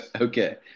Okay